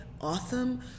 awesome